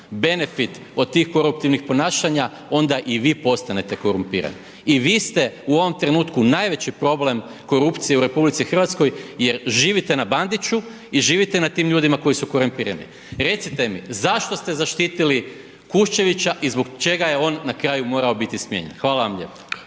benefit od tih koruptivnih ponašanja onda i vi postanete korumpirani. I vi ste u ovom trenutku najveći problem korupcije u RH jer živite na Bandiću i živite na tim ljudima koji su korumpirani. Recite mi zašto ste zaštitili Kuščevića i zbog čega je on na kraju morao biti smijenjen? Hvala vam lijepa.